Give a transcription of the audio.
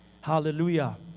Hallelujah